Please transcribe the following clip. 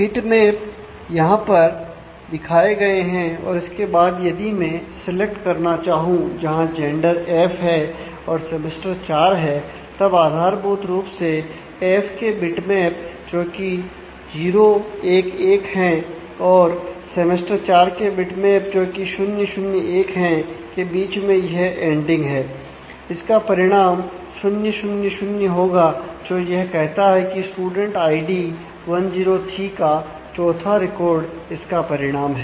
bitmap यहां दिखाए गए हैं और इसके बाद यदि मैं सिलेक्ट 103 का चौथा रिकॉर्ड इसका परिणाम है